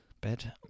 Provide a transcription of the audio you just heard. bed